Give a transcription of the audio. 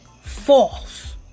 False